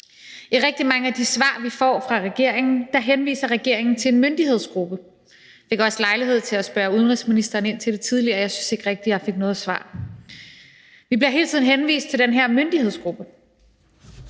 I rigtig mange af de svar, vi får af regeringen, henviser regeringen til en myndighedsgruppe. Jeg fik også lejlighed til at spørge udenrigsministeren ind til det tidligere, og jeg synes ikke rigtig, at jeg fik noget svar. Vi bliver hele tiden henvist til den her myndighedsgruppe.